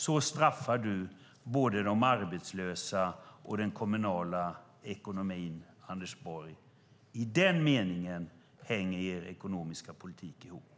Så straffar du både de arbetslösa och den kommunala ekonomin, Anders Borg. I den meningen hänger er ekonomiska politik ihop.